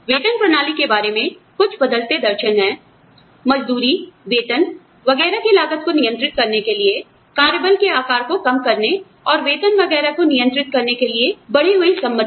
वेतन प्रणाली के बारे में कुछ बदलते दर्शन है मजदूरी वेतन वगैरह की लागत को नियंत्रित करने के लिए कार्यबल के आकार को कम करने और वेतनवगैरह को नियंत्रित करने के लिए बढ़ी हुई सम्मति